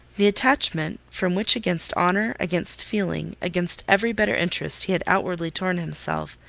the attachment, from which against honour, against feeling, against every better interest he had outwardly torn himself,